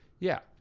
yeah.